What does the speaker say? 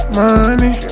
money